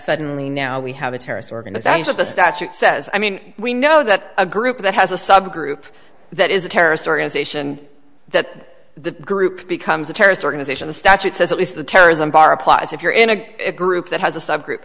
suddenly now we have a terrorist organization the statute says i mean we know that a group that has a subgroup that is a terrorist organization that the group becomes a terrorist organization the statute says it is the terrorism bar applies if you're in a group that has a subgroup